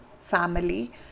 family